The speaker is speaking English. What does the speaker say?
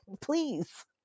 please